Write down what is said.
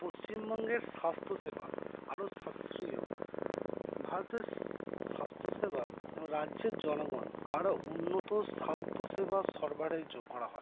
পশ্চিমবঙ্গের স্বাস্থ্যসেবা আরও সাশ্রয় ভারতের স্বাস্থ্যসেবা এবং রাজ্যের জনগণ আরও উন্নত স্বাস্থ্যসেবা সরবরাহে যোগ করা হয়